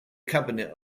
cabinet